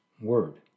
word